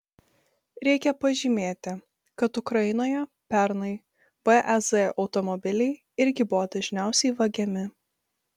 reikia pažymėti kad ukrainoje pernai vaz automobiliai irgi buvo dažniausiai vagiami